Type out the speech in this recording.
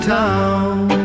town